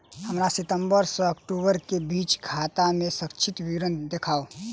हमरा सितम्बर सँ अक्टूबर केँ बीचक खाता केँ संक्षिप्त विवरण देखाऊ?